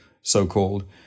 so-called